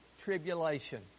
tribulation